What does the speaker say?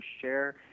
share